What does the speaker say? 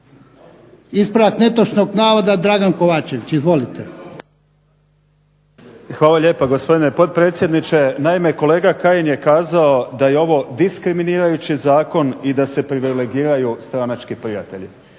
Ispravak netočnog navoda, Dragan Kovačević, izvolite. **Kovačević, Dragan (HDZ)** Hvala lijepa, gospodine potpredsjedniče. Naime, kolega Kajin je kazao da je ovo diskriminirajući zakon i da se privilegiraju stranački prijatelj.